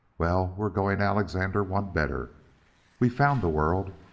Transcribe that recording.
well, we're going alexander one better we've found the world.